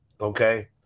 Okay